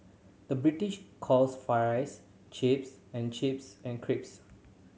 the British calls fries chips and chips and crisps